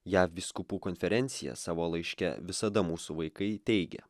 jav vyskupų konferencija savo laiške visada mūsų vaikai teigia